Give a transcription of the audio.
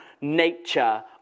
nature